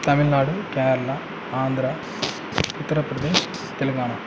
Tamil Nadu Kerala Andhra Uttar Pradesh Telangana